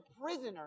prisoner